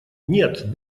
нет